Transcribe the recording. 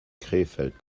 krefeld